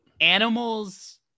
Animals